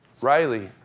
Riley